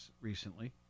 recently